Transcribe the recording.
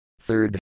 Third